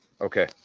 Okay